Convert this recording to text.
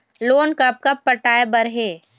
Loan कब कब पटाए बर हे?